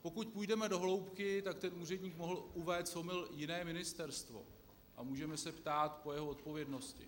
Pokud půjdeme do hloubky, tak ten úředník mohl uvést v omyl jiné ministerstvo a můžeme se ptát po jeho odpovědnosti.